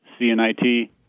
CNIT